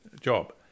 job